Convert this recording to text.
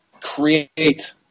create